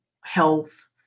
health